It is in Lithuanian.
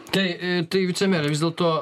tai tai vicemere dėl to